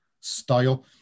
style –